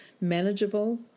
manageable